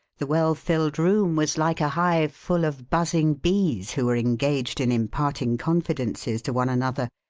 the well-filled room was like a hive full of buzzing bees who were engaged in imparting confidences to one another,